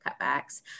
cutbacks